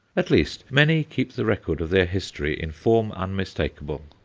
at least, many keep the record of their history in form unmistakable.